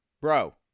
Bro